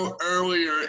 earlier